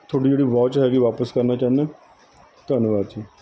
ਤੁਹਾਡੀ ਜਿਹੜੀ ਵੌਚ ਹੈਗੀ ਵਾਪਸ ਕਰਨਾ ਚਾਹੁੰਦਾ ਧੰਨਵਾਦ ਜੀ